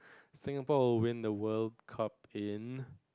Singapore will win the World Cup in